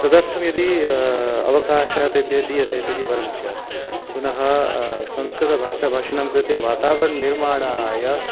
तदर्थं यदि अवकाशः तेभ्यः दीयते चेत् इति वरं स्यात् पुनः संस्कृतभाषाभाषिणां कृते वातावरण निर्माणाय